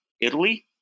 Italy